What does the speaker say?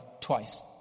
twice